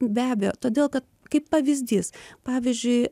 be abejo todėl kad kaip pavyzdys pavyzdžiui